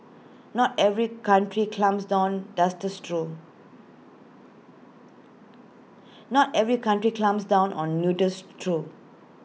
not every country clamps down does this through not every country clamps down on nudists through